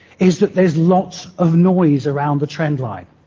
is that there's lots of noise around the trend line.